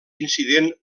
incident